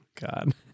God